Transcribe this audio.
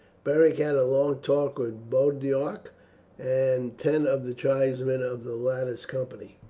beric had a long talk with boduoc and ten of the tribesmen of the latter's company.